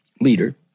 leader